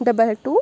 double two